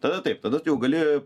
tada taip tada jau gali